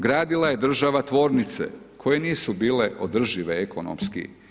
Gradila je država tvornice koje nisu bile održive ekonomski.